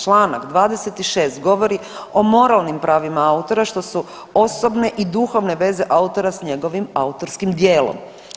Članak 26. govori o moralnim pravima autora, što su osobne i duhovne veze autora s njegovim autorskim djelom.